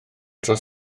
dros